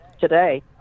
today